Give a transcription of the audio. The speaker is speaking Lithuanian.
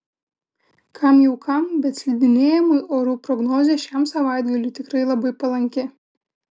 kam jau kam bet slidinėjimui orų prognozė šiam savaitgaliui tikrai labai palanki